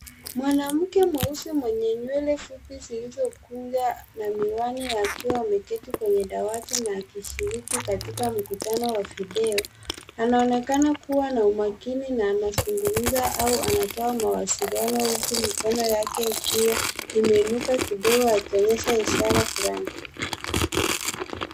Mwanamke mweusi mwenye nywele fupi zilizokunja na miwani akiwa ameketi kwenye dawati na akishiriki katika mkutano wa video, anaonekana kuwa na umakini na anazungumza au anatoa mawasiliano, huku mikono yake ikiwa imeinuka kidogo akionyesha ishara fulani.